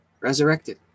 Resurrected